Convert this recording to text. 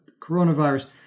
coronavirus